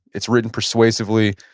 it's written persuasively,